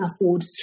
afford